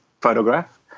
photograph